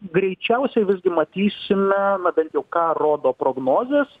greičiausiai visgi matysime na bent jau ką rodo prognozės